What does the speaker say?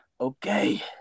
Okay